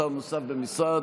שר נוסף במשרד).